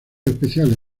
especiales